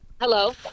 Hello